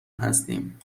هستیم